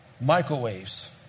microwaves